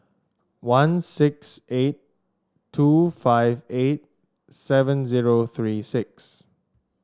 one six eight two five eight seven zero three six